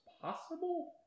possible